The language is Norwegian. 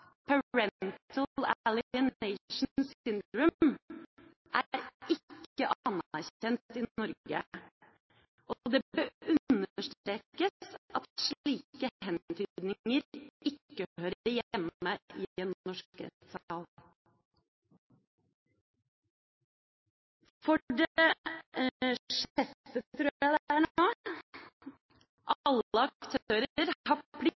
er ikke anerkjent i Norge, og det bør understrekes at slike hentydninger ikke hører hjemme i en norsk rettssal. For det